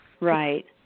Right